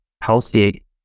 healthy